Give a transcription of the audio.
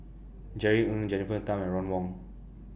Jerry Ng Jennifer Tham and Ron Wong